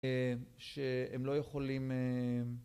שהם לא יכולים